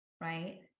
right